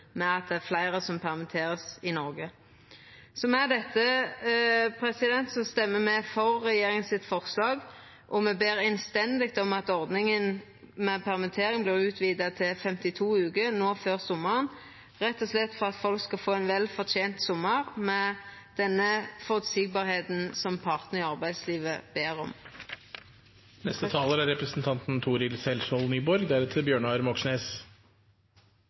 at det er fleire som vert permitterte i Noreg. Me dette stemmer me for regjeringa sitt forslag, og me ber innstendig om at ordninga med permittering vert utvida til 52 veker no før sommaren, rett og slett for at folk skal få ein velfortent sommar med den føreseielegheita som partane i arbeidslivet ber